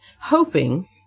hoping